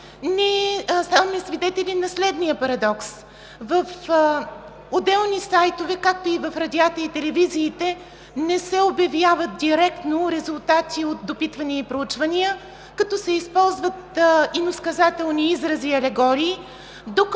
ние ставаме свидетели на следния парадокс. В отделни сайтове, както в радиата и телевизиите, не се обявяват директно резултати от допитвания и проучвания, като се използват иносказателни изрази и алегории, докато